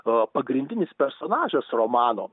a pagrindinis personažas romano